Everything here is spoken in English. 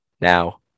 Now